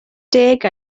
deg